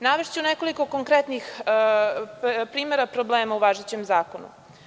Navešću nekoliko konkretnih primera problema u važećem zakonu.